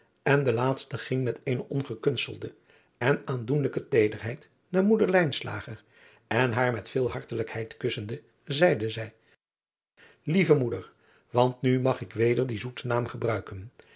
en de laatste ging met eene ongekunstelde en aandoenlijke teederheid naar oeder en haar met veel hartelijkheid kussende zeide zij ieve oeder want nu mag ik weder dien zoeten naam gebruiken